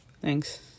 Thanks